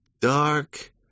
dark